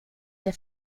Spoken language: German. der